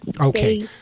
Okay